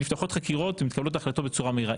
נפתחות חקירות ומתקבלות החלטות בצורה מהירה.